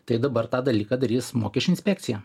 tai dabar tą dalyką darys mokesčių inspekcija